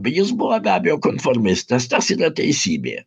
jis buvo be abejo konformistas tas yra teisybė